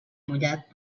mullat